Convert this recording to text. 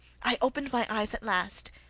i opened my eyes at last,